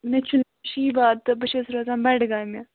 مےٚ چھُ شیٖبا تہٕ بہٕ چھَس روزان بَڈگامہِ